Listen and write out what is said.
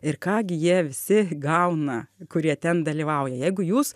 ir ką gi jie visi gauna kurie ten dalyvauja jeigu jūs